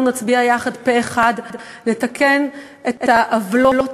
נצביע יחד פה-אחד לתקן את העוולות,